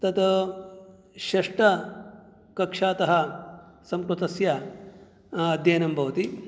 तत् षष्टकक्षातः संस्कृतस्य अध्ययनं भवति